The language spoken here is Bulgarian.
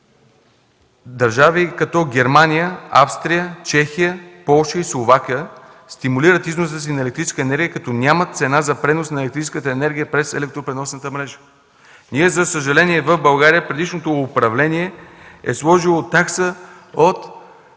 държави като Германия, Австрия, Чехия, Полша и Словакия, стимулират износа си на електрическа енергия, като няма цена за пренос на електрическата енергия през електропреносната мрежа. За съжаление в България предишното управление е сложило такса от